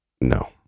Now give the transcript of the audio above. No